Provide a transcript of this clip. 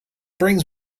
brings